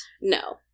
No